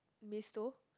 miss though